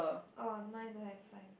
orh mine don't have sign